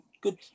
Good